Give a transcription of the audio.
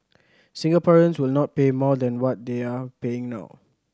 Singaporeans will not pay more than what they are paying now